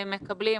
שמקבלים,